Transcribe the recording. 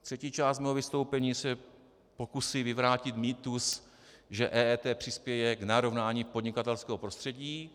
Třetí část mého vystoupení se pokusí vyvrátit mýtus, že EET přispěje k narovnání podnikatelského prostředí.